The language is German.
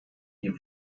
die